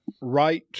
right